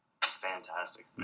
fantastic